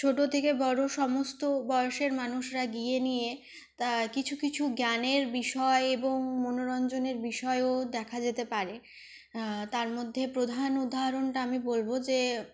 ছোটো থেকে বড়ো সমস্ত বয়সের মানুষরা গিয়ে নিয়ে কিছু কিছু জ্ঞানের বিষয় এবং মনরঞ্জনের বিষয়ও দেখা যেতে পারে তার মধ্যে প্রধান উদাহরণটা আমি বলবো যে